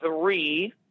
three